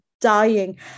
dying